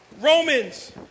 Romans